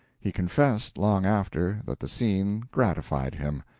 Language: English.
he confessed, long after, that the scene gratified him.